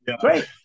Great